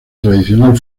tradicional